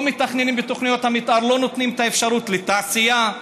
בתוכניות המתאר לא נותנים את האפשרות לתעשייה,